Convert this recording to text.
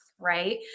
right